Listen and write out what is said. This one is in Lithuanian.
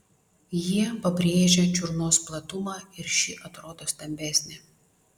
jie pabrėžia čiurnos platumą ir ši atrodo stambesnė